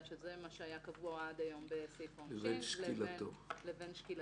שזה מה שהיה קבוע עד היום בסעיף העונשין לבין שקילתו.